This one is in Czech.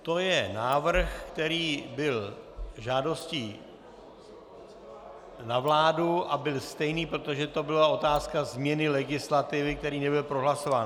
To je návrh, který byl žádostí na vládu a byl stejný, protože to byla otázka změny legislativy, který nebyl prohlasován.